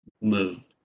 move